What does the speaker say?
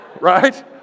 Right